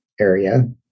area